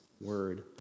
word